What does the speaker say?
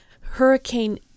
Hurricane